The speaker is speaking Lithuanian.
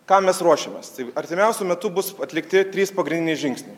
ką mes ruošiamės tai artimiausiu metu bus atlikti trys pagrindiniai žingsniai